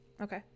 Okay